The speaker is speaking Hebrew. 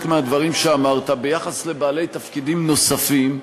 מהדברים שאמרת ביחס לבעלי תפקידים נוספים,